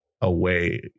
away